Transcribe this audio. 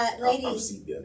ladies